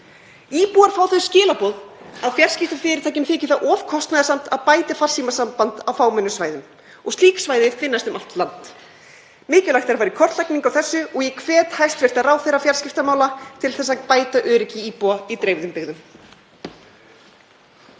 Íbúar fá þau skilaboð að fjarskiptafyrirtækjum þyki of kostnaðarsamt að bæta farsímasamband á fámennum svæðum. Slík svæði finnast um allt land. Mikilvægt er að fara í kortlagningu á þessu og ég hvet hæstv. ráðherra fjarskiptamála til að bæta öryggi íbúa í dreifðum byggðum.